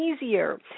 easier